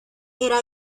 era